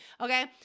okay